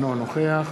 אינו נוכח